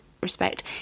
respect